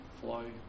flow